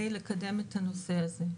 כדי לקדם את הנושא הזה.